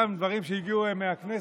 גם דברים שהגיעו מהכנסת,